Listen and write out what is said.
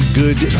good